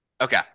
Okay